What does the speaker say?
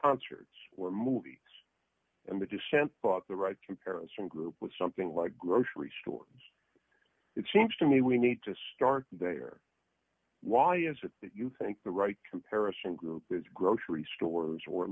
concerts or movies and the dissent but the right comparison group with something like grocery store it seems to me we need to start there why is it that you think the right comparison group is grocery stores